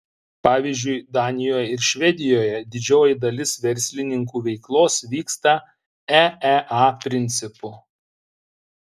pavyzdžiui danijoje ir švedijoje didžioji dalis verslininkų veiklos vyksta eea principu